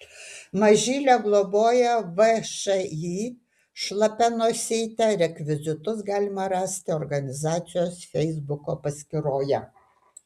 mažylę globoja všį šlapia nosytė rekvizitus galima rasti organizacijos feisbuko paskyroje